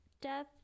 death